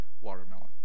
watermelon